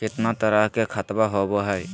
कितना तरह के खातवा होव हई?